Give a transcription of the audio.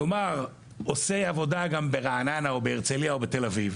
נאמר עושה עבודה גם ברעננה או בהרצליה או בתל אביב,